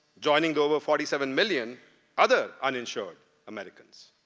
joining the over forty seven million other uninsured americans.